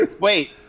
wait